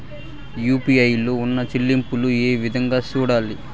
UPI లో ఉన్న చెల్లింపులు ఏ విధంగా సూడాలి